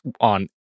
on